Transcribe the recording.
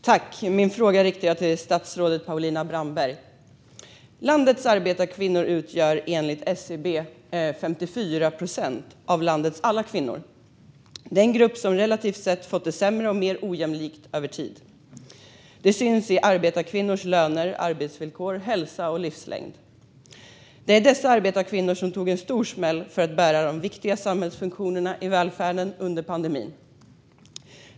Herr talman! Jag riktar min fråga till statsrådet Paulina Brandberg. Landets arbetarkvinnor utgör enligt SCB 54 procent av landets alla kvinnor. Detta är en grupp som relativt sett har fått det sämre och mer ojämlikt över tid - det syns i arbetarkvinnors löner, arbetsvillkor, hälsa och livslängd. Det var dessa arbetarkvinnor som tog en hård smäll för att bära de viktiga samhällsfunktionerna i välfärden under pandemin.